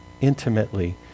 intimately